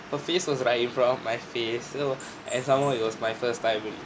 her face was right in front of my face you know and some more it was my first time with